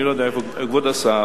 אני לא יודע איפה כבוד השר,